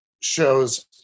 shows